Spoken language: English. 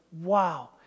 wow